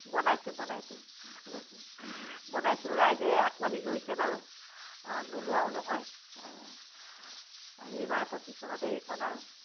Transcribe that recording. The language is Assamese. বনাইছোঁ বনাইছোঁ বনাইছোঁ ৰাইজে আঁকোৱালি লৈছে বাৰু নোলোৱাও নহয় অঁ এইবাৰ পঁচিছ চনতে এইখন আৰু